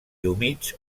humits